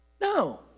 No